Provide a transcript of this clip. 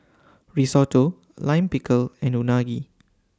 Risotto Lime Pickle and Unagi